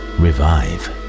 revive